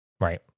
right